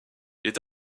est